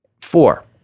Four